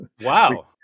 Wow